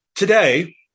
Today